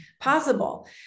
possible